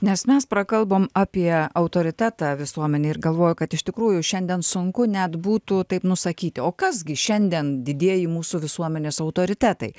nes mes prakalbom apie autoritetą visuomenėj ir galvoju kad iš tikrųjų šiandien sunku net būtų taip nusakyti o kas gi šiandien didieji mūsų visuomenės autoritetai